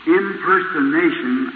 impersonation